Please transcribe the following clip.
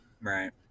Right